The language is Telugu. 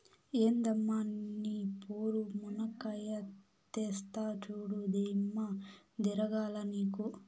ఎందమ్మ నీ పోరు, మునక్కాయా తెస్తా చూడు, దిమ్మ తిరగాల నీకు